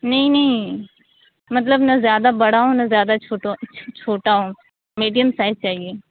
نہیں نہیں مطلب نہ زیادہ بڑا ہو نہ زیادہ چھوٹا چھوٹا ہو میڈیم سائز چاہیے